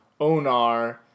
Onar